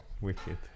wicked